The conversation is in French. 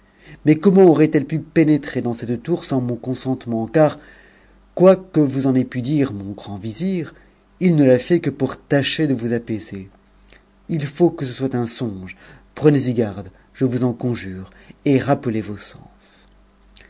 mais comment aurait-elle pu pé m'prdans cette tour sans mon consentement car quoique vous en ait t'udn'e mon grand vizir il ne l'a fait que pour tâcher de vous apaiser ut que ce soit un songe prenez-y garde je vous en conjure et